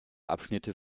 abschnitte